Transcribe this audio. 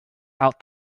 out